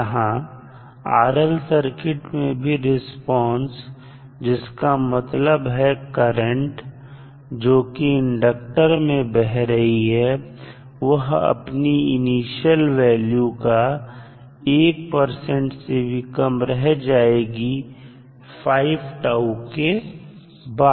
यहां RL circuit में भी रिस्पांस जिसका मतलब है करंट जो कि इंडक्टर में बह रही है वह अपनी इनिशियल वैल्यू का 1 से भी कम रह जाएगी 5 τ के बाद